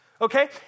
okay